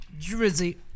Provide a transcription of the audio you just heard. Drizzy